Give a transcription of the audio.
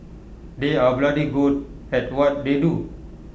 they are bloody good at what they do